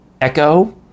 Echo